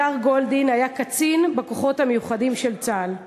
הדר גולדין היה קצין בכוחות המיוחדים של צה"ל.